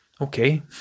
Okay